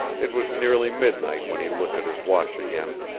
it was nearly midnight when he looked at his watch again.